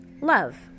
Love